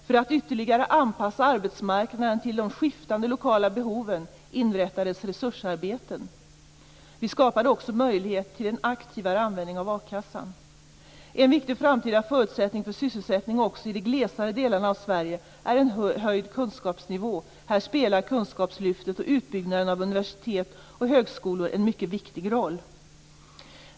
För att ytterligare anpassa arbetsmarknaden till de skiftande lokala behoven inrättades resursarbeten. Vi skapade också möjlighet till en aktivare användning av a-kassan. En viktig framtida förutsättning för sysselsättning också i de glesare delarna av Sverige är en höjd kunskapsnivå. Här spelar kunskapslyftet och utbyggnaden av universitet och högskolor en mycket viktig roll.